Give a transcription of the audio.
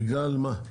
בגלל מה?